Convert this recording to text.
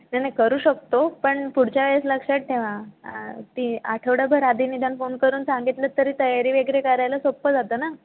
नाही नाही करू शकतो पण पुढच्या वेळेस लक्षात ठेवा ती आठवडाभर आधी निदान फोन करून सांगितलंत तरी तयारी वगैरे करायला सोपं जातं ना